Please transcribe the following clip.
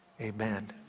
Amen